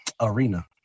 arena